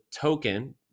token